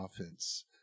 offense